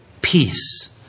Peace